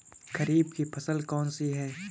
खरीफ की फसल कौन सी है?